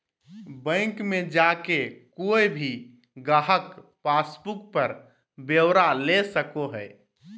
bank मे जाके कोय भी गाहक पासबुक पर ब्यौरा ले सको हय